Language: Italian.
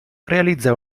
realizza